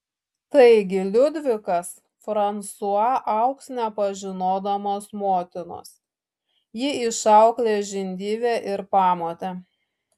taigi liudvikas fransua augs nepažinodamas motinos jį išauklės žindyvė ir pamotė